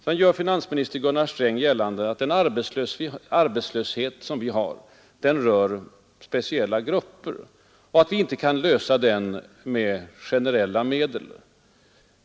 Vidare gör finansminister Gunnar Sträng gällande att den arbetslöshet vi har gäller speciella grupper och att vi inte kan lösa den med generella medel.